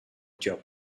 job